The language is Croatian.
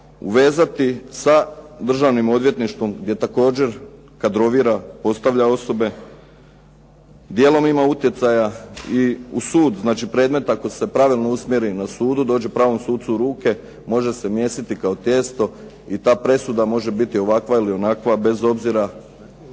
uvezati sa državnim odvjetništvom gdje također kadrovira, postavlja osobe, djelom ima utjecaja i u sud. Znači, predmet ako se pravilno usmjeri na sudu, dođe pravom sucu u ruke može se mijesiti kao tijesto i ta presuda može biti ovakva ili onakva bez obzira